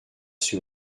sur